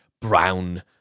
brown